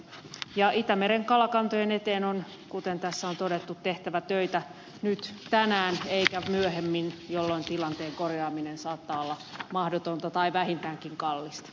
ja itämeren kalakantojen eteen on kuten tässä on todettu tehtävä töitä nyt tänään eikä myöhemmin jolloin tilanteen korjaaminen saattaa olla mahdotonta tai vähintäänkin kallista